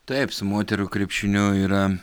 taip su moterų krepšiniu yra